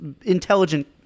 intelligent